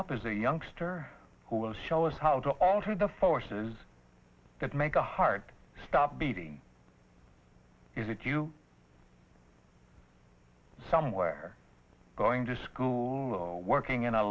up as a youngster who will show us how to alter the forces that make a hard stop beating is it you somewhere going to school or working in a